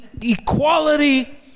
equality